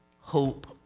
hope